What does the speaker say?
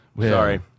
Sorry